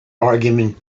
argument